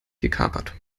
gekapert